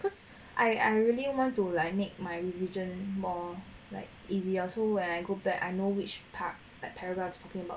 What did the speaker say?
cause I I really want to like make my religion more like easier so when I go back I know which part but paradoxically 吗